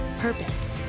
purpose